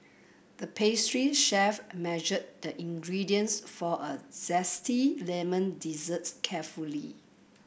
the pastry chef measured the ingredients for a zesty lemon dessert carefully